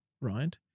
right